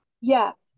Yes